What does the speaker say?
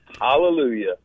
Hallelujah